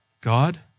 God